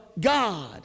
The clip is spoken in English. God